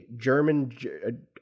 German